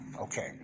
okay